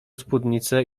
spódnicę